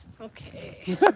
okay